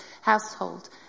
household